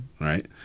Right